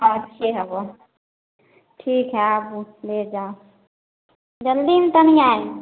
अच्छे हइ ठीक हइ आबू लऽ जाउ जल्दीमे तनि आएब